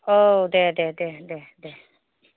औ दे दे दे दे